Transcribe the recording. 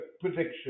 prediction